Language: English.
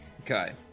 Okay